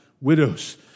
widows